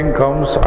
comes